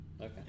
Okay